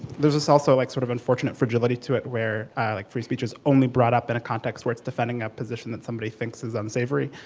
there's this also like sort of unfortunate fragility to it where ah like free speech is only brought up in a context where it's defending a position that somebody thinks is unsavory.